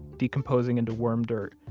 decomposing into worm dirt,